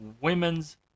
Women's